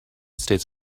states